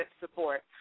support